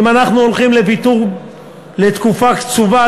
אם אנחנו הולכים לוויתור לתקופה קצובה,